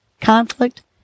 conflict